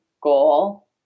goal